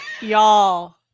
y'all